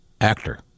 actor